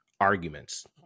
arguments